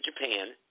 Japan –